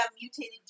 mutated